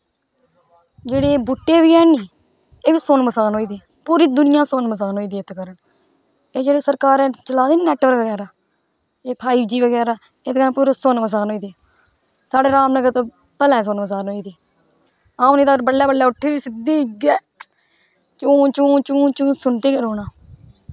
जेह्ड़े बूह्टे बी हैन नी एह् बी सुन्न मसान होई दे पूरी दुनियां सुन्न मसान होई दी एह् जेह्ड़े सरकारै चला दे नी नैटबर्क बगैरा एह् फाईवजी बगैरा एह्दै नै सुन्न मसान होई दे साढ़ै राम नगर ते भलेंआ सुनन मसान होई दे अऊं उट्ठी ना तां बडलै बडलै सिद्दी इ'यै चूं चूं चूं सुनदे गै रौह्ना